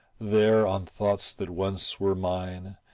there, on thoughts that once were mine,